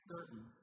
certain